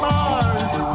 Mars